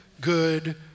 good